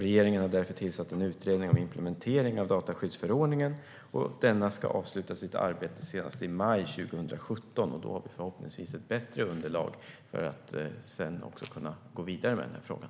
Regeringen har därför tillsatt en utredning om implementering av dataskyddsförordningen. Denna ska avsluta sitt arbete senast i maj 2017. Då har vi förhoppningsvis ett bättre underlag för att sedan kunna gå vidare med den frågan.